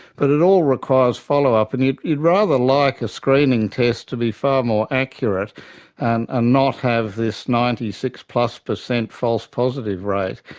but it all requires follow-up. and you'd you'd rather like a screening test to be far more accurate and ah not have this ninety six plus false positive rate.